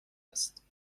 است